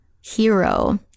hero